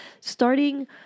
Starting